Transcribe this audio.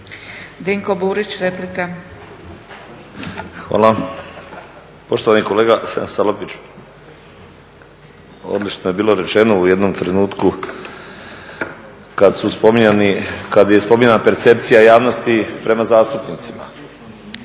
Dinko (HDSSB)** Hvala. Poštovani kolega Salapiću odlično je bilo rečeno u jednom trenutku kada su spominjani, kada je spominjana percepcija javnosti prema zastupnicima.